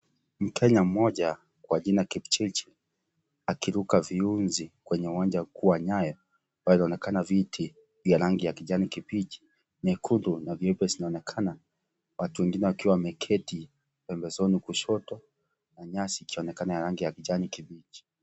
Mkenya mmoja kwa jina Kipchirichiri akiruka viuzi kwenye uwanja kuu wa nyayo, panaonekana viti vya rangi ya kijani kibichi, vyekundu na vyeupe zinaonekana na watu wengine wakiwa wameketi pembezoni kushoto na nyasi ikionekana ya rangi ya kijani kibichi.